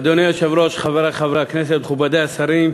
אדוני היושב-ראש, חברי חברי הכנסת, מכובדי השרים,